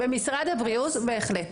במשרד הבריאות בהחלט.